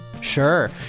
Sure